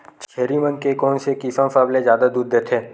छेरी मन के कोन से किसम सबले जादा दूध देथे?